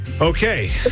Okay